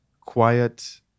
quiet